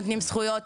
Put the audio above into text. נותנים זכויות,